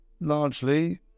largely